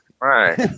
Right